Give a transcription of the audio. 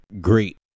great